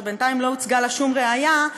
שבינתיים לא הוצגה לה שום ראיה.